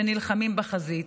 שנלחמים בחזית.